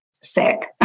sick